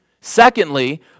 Secondly